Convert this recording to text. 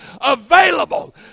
available